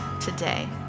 today